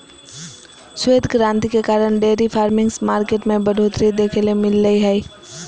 श्वेत क्रांति के कारण डेयरी फार्मिंग मार्केट में बढ़ोतरी देखे ल मिललय हय